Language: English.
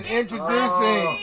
introducing